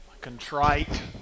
contrite